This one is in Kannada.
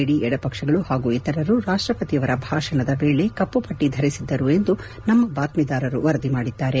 ಡಿ ಎಡಪಕ್ಷಗಳು ಹಾಗೂ ಇತರರು ರಾಷ್ಷಪತಿಯವರ ಭಾಷಣದ ವೇಳೆ ಕಪ್ಪು ಪಟ್ಟಿ ಧರಿಸಿದ್ದರು ಎಂದು ನಮ್ನ ಬಾತ್ಪೀದಾರರು ವರದಿ ಮಾಡಿದ್ದಾರೆ